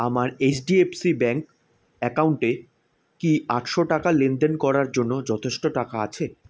আমার H D F C bank অ্যাকাউন্টে কি আটশো টাকা লেনদেন করার জন্য যথেষ্ট টাকা আছে